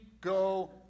go